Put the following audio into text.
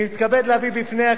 אני מאוד מודה לאדוני.